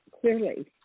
clearly